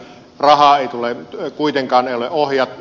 rahaa ei kuitenkaan ole ohjattu